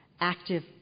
active